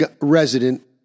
resident